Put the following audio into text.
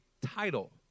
title